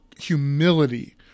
humility